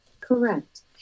correct